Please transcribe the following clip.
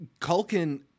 Culkin